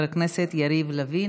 ולכן, הנגשת מתן השירות, אתה מפריע לו.